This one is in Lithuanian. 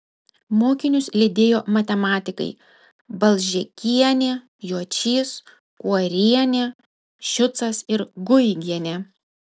mokinius lydėjo matematikai balžėkienė juočys kuorienė šiucas ir guigienė